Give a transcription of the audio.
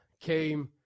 came